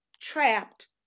trapped